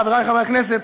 חברי חברי הכנסת,